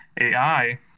AI